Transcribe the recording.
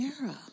era